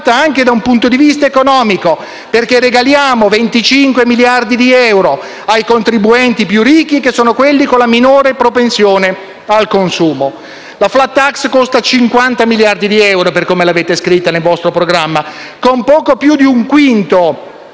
La *flat tax* costa 50 miliardi di euro per come l'avete scritta nel vostro programma; con poco più di un quinto